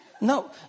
No